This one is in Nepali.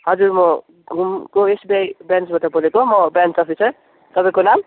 हजुर म घुमको एसबिआई ब्रान्चबाट बोलेको म ब्रान्च अफिसर तपाईँको नाम